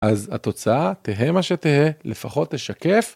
אז התוצאה תהיה מה שתהיה, לפחות תשקף